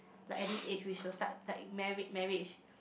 like at this age we should start like marriage marriage